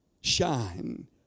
shine